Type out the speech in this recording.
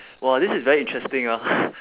!wah! this is very interesting ah